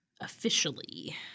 officially